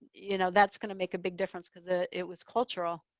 you know that's going to make a big difference cause ah it was cultural.